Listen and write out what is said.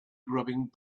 grubbing